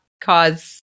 cause